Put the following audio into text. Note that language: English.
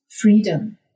freedom